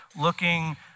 looking